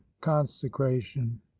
consecration